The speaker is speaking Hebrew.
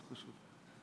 מאוד חשוב.